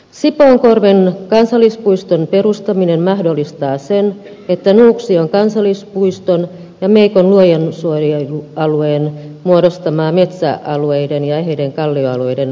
sipoonkorven kansallispuiston perustaminen mahdollistaa sen että nuuksion kansallispuiston ja meikon luonnonsuojelualueen muodostama metsäalueiden ja eheiden kallioalueiden verkosto säilyy